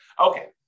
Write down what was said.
Okay